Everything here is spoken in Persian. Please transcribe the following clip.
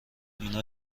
اینا